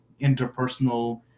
interpersonal